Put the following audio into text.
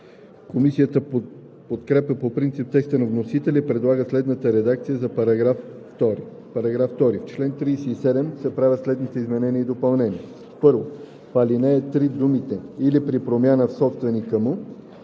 Комисията подкрепя по принцип текста на вносителя и предлага следната редакция за § 2: „§ 2. В чл. 37 се правят следните изменения и допълнения: 1. В ал. 3 думите „или при промяна в собственика му“